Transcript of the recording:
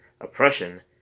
oppression